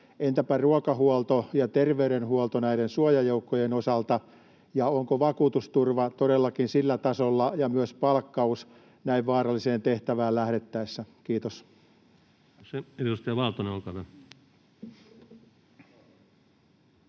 Entäpä ruokahuolto ja terveydenhuolto näiden suojajoukkojen osalta, ja ovatko vakuutusturva ja myös palkkaus todellakin oikealla tasolla näin vaaralliseen tehtävään lähdettäessä? — Kiitos.